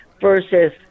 versus